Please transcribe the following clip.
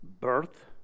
Birth